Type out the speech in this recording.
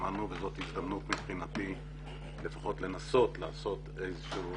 שהוזמנו וזאת מבחינתי הזדמנות לפחות לנסות לעשות איזשהו